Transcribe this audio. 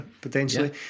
potentially